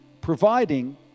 providing